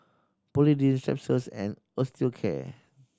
Polident Strepsils and Osteocare